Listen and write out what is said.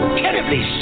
terribly